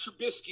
Trubisky